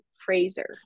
fraser